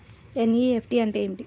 NEFT అంటే ఏమిటీ?